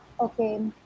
Okay